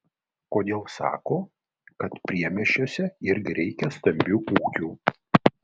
kodėl sako kad priemiesčiuose irgi reikia stambių ūkių